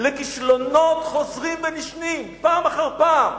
לכישלונות חוזרים ונשנים פעם אחר פעם.